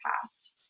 past